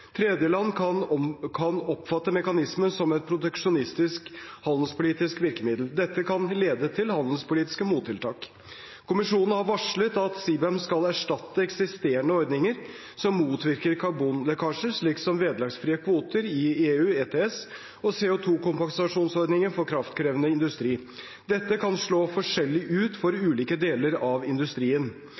Tredjeland kan oppfatte mekanismen som et proteksjonistisk handelspolitisk virkemiddel. Dette kan lede til handelspolitiske mottiltak. Kommisjonen har varslet at CBAM skal erstatte eksisterende ordninger som motvirker karbonlekkasje, slik som vederlagsfrie kvoter i EU ETS og CO 2 -kompensasjonsordningen for kraftkrevende industri. Dette kan slå forskjellig ut for ulike deler av industrien.